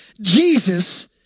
Jesus